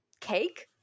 cake